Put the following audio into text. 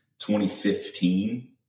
2015